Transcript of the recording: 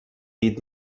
dit